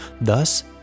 Thus